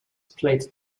plate